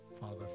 Father